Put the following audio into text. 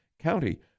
County